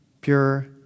pure